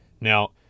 Now